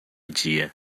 dia